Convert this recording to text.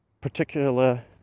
particular